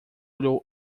olhou